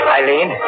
Eileen